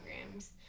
programs